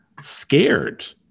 scared